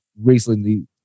recently